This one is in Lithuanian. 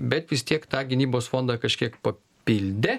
bet vis tiek tą gynybos fondą kažkiek papildė